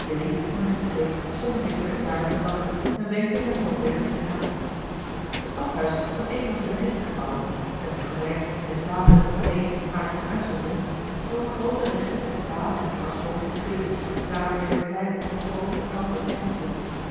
stake stonden reeds bij de paarden te wachten en wenkten hem van verre zich te haasten het slachthuis was evenals de meeste gebouwen het magazijn en de slaaphutten alleen maakten eene uitzondering door een grooten rechthoek van palen en dwarsboomen omgeven waaraan weder kleine en grootere kampen